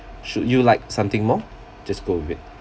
should you like something more just go with it